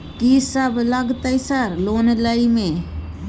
कि सब लगतै सर लोन लय में?